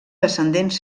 descendents